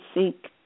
seek